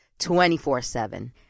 24-7